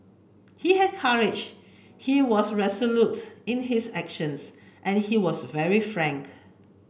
he had courage he was resolute in his actions and he was very frank